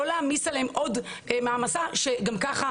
לא להעמיס עליהם עוד מעמסה שגם ככה